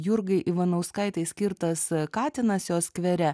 jurgai ivanauskaitei skirtas katinas jos skvere